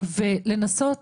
ולנסות